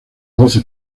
doce